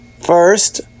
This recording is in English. First